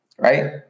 Right